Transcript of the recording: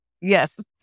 Yes